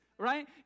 right